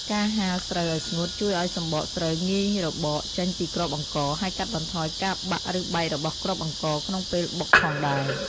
ការហាលស្រូវឲ្យស្ងួតជួយឱ្យសម្បកស្រូវងាយរបកចេញពីគ្រាប់អង្ករ ហើយកាត់បន្ថយការបាក់ ឬបែករបស់គ្រាប់អង្ករក្នុងពេលបុកផងដែរ។